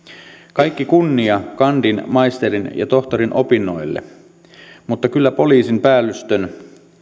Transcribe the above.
kaikki kunnia kandin maisterin ja tohtorin opinnoille mutta kyllä poliisin päällystön